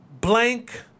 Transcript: blank